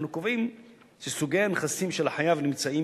אנחנו קובעים שסוגי הנכסים של החייב הנמצאים